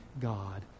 God